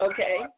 Okay